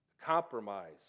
compromise